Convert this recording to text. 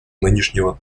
нынешнего